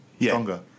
stronger